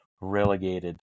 relegated